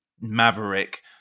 maverick